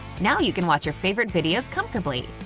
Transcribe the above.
now you can watch your favorite videos comfortably!